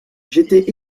j’étais